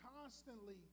constantly